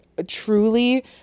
Truly